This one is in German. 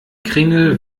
kringel